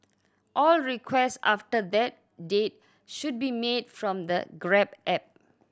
all requests after that date should be made from the Grab app